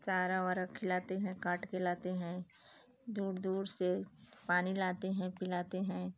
चारा वारा खिलाते हैं काट कर लाते हैं दूर दूर से पानी लाते हैं पिलाते हैं